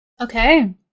Okay